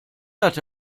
hatte